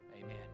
amen